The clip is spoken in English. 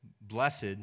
blessed